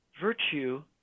Virtue